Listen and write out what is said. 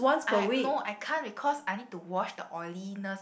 I no I can't because I need to wash the oiliness